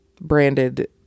branded